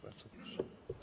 Bardzo proszę.